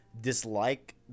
dislike